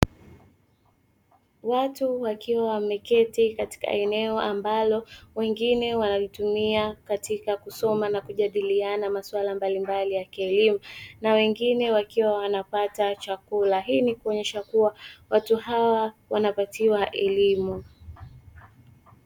Watu wakiwa wameketi katika eneo ambalo wengine wanalitumia katika kusoma na kujadiliana maswali mbalimbali ya kielimu na wengine wakiwa wanapata chakula. Hii ni kuonyesha kuwa watu hawa wanapatiwa elimu.